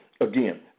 Again